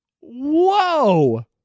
Whoa